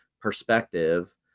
perspective